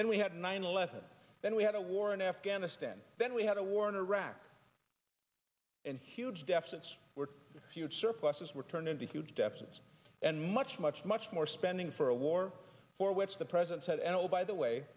then we had nine eleven then we had a war in afghanistan then we had a war in iraq and huge deficits were huge surpluses were turned into huge deficits and much much much more spending for a war for which the president said oh by the way